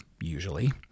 usually